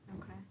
Okay